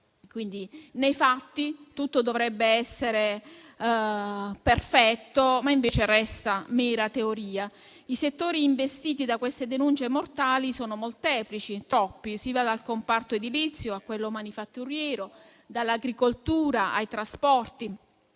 Nei fatti tutto dovrebbe essere perfetto, ma invece resta mera teoria. I settori investiti da queste denunce mortali sono molteplici, troppi: si va dal comparto edilizio a quello manifatturiero, dall'agricoltura ai trasporti.